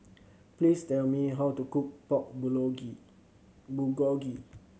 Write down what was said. please tell me how to cook Pork Bulgogi